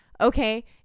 Okay